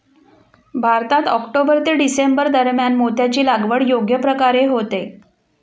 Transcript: भारतात ऑक्टोबर ते डिसेंबर दरम्यान मोत्याची लागवड योग्य प्रकारे होते